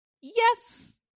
Yes